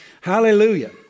Hallelujah